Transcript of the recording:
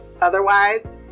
otherwise